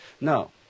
No